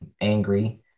angry